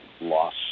loss